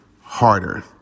Harder